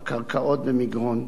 הקרקעות במגרון,